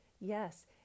Yes